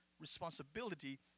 responsibility